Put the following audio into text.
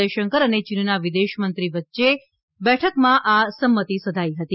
જયશંકર અને ચીનનાં વિદેશમંત્રી વાંગ થી વચ્ચે બેઠકમાં આ સંમતી સધાઈ હતી